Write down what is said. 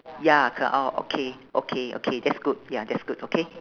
ya co~ orh okay okay okay that's good ya that's good okay